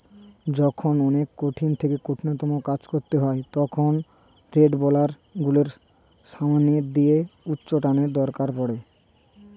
যখন অনেক কঠিন থেকে কঠিনতম কাজ করতে হয় তখন রোডরোলার গুলোর সামনের দিকে উচ্চটানের দরকার পড়ে